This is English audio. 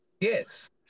Yes